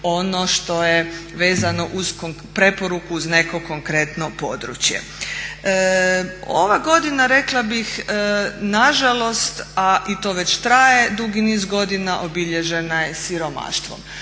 ono što je vezano uz preporuku uz neko konkretno područje. Ova godina rekla bih nažalost a i to već traje dugi niz godina obilježena je siromaštvom.